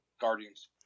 Guardians